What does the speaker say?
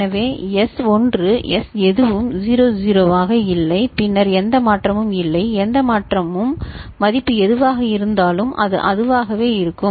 எனவே S 1 S எதுவும் 00 ஆக இல்லை பின்னர் எந்த மாற்றமும் இல்லை எந்த மாற்றமும் மதிப்பு எதுவாக இருந்தாலும் அது அதுவாகவே இருக்கும்